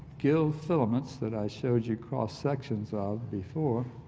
gill filaments that i showed you across sections of before